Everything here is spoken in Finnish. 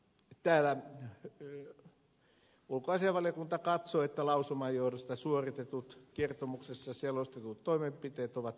täällä ulkoasiainvaliokunta katsoi että lausuman johdosta suoritetut kertomuksessa selostetut toimenpiteet ovat riittäviä